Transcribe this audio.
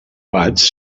quatre